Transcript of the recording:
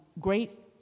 great